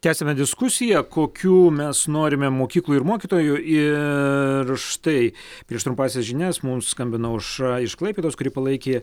tęsiame diskusiją kokių mes norime mokyklų ir mokytojų ir štai prieš trumpąsias žinias mums skambino aušra iš klaipėdos kuri palaikė